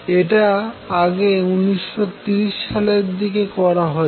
এটা অনেক আগে 1930 সালের দিকে করা হয়েছে